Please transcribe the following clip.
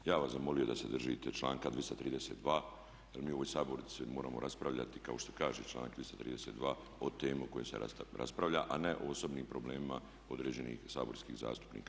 Ja bih vas zamolio da se držite članka 232. jer mi u ovoj Sabornici moramo raspravljati kao što kaže članak 332. o temi o kojoj se raspravlja, a ne o osobnim problemima određenih saborskih zastupnika.